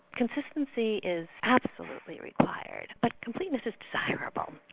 consistency is absolutely required, but completeness is desirable,